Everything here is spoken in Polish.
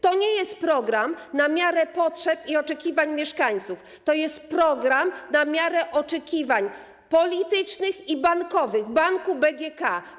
To nie jest program na miarę potrzeb i oczekiwań mieszkańców, to jest program na miarę oczekiwań politycznych i bankowych, banku BGK.